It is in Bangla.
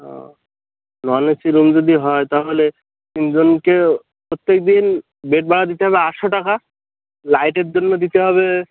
ও নন এসি রুম যদি হয় তাহলে তিনজনকেও প্রত্যেকদিন বেড ভাড়া দিতে হবে আটশো টাকা লাইটের জন্য দিতে হবে